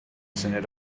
syniad